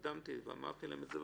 הקדמתי ואמרתי להם את זה,